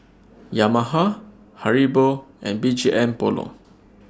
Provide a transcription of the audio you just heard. Yamaha Haribo and B G M Polo